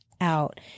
out